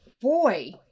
boy